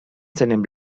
seinem